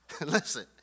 Listen